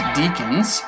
deacons